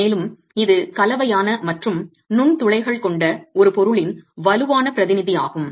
மேலும் இது கலவையான மற்றும் நுண்துளைகள் கொண்ட ஒரு பொருளின் வலுவான பிரதிநிதியாகும்